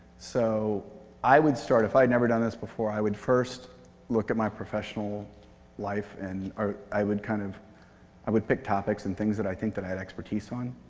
so i would start if i'd never done this before, i would first look at my professional life and i would kind of i would pick topics and things that i think that i had expertise on.